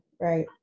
right